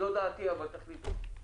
זאת דעתי, אבל תחליטו.